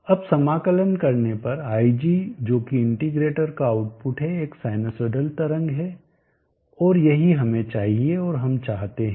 अब समाकलन करने पर ig जो कि इंटीग्रेटर का आउटपुट है एक साइनसोइडल तरंग है और यही हमें चाहिए और जो हम चाहते है